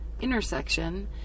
intersection